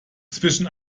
zwischen